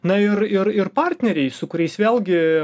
na ir ir ir partneriai su kuriais vėlgi